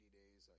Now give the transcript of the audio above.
days